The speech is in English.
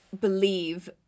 believe